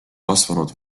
kasvanud